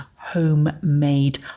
homemade